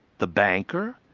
the banker,